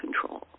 control